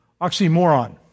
oxymoron